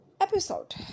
episode